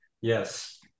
Yes